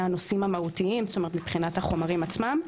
לגבי הנושאים המהותיים מבחינת החומרים עצמם.